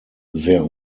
sehr